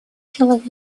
человек